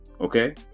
okay